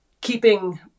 keeping